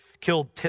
killed